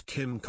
Kim